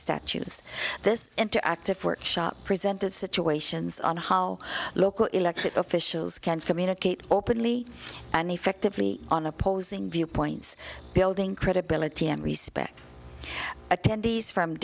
statues this interactive workshop presented situations on how local elected officials can communicate openly and effectively on opposing viewpoints building credibility and respect attendees from